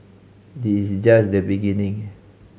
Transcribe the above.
this just the beginning